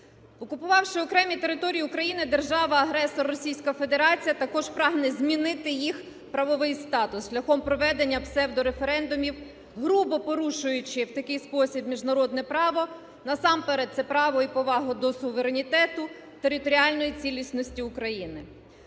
Окупувавши окремі території України, держава-агресор Російська Федерація також прагне змінити їх правовий статус шляхом проведення псевдореферендумів, грубо порушуючи в такий спосіб міжнародне право, насамперед це право і повагу до суверенітету, територіальної цілісності України.